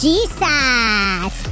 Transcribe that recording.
Jesus